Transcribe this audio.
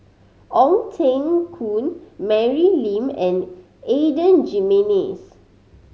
Ong Teng Koon Mary Lim and Adan Jimenez